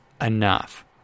enough